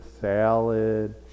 salad